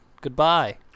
Goodbye